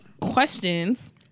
questions